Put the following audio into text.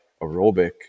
aerobic